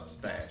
stash